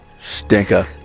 stinker